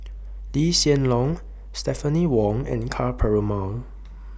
Lee Hsien Loong Stephanie Wong and Ka Perumal